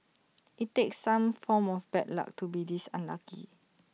IT takes some form of bad luck to be this unlucky